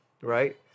Right